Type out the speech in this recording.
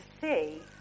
see